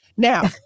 Now